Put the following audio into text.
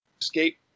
escape